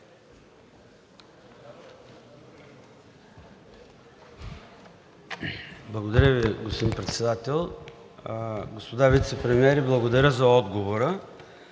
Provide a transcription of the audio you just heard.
Благодаря Ви, господин Председател. Господа вицепремиери, благодаря за отговора.